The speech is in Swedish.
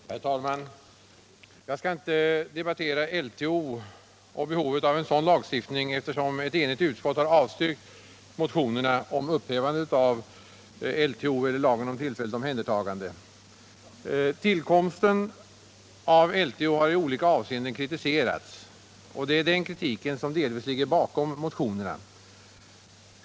Herr talman! Jag skall inte debattera behovet av en sådan här lagstiftning, eftersom ett enigt utskott har avstyrkt motionerna om upphävande av LTO, lagen om tillfälligt omhändertagande. Tillkomsten av LTO har i olika avseenden kritiserats. Det är den kritiken som delvis ligger bakom motionerna.